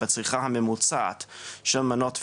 בצריכה הממוצעת של מנות פנטניל,